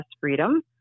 Freedom